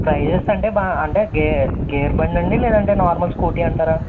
prices అంటే బా అంటే గే గేర్ బండండి లేదంటే నార్మల్ స్కూటీ అంటారా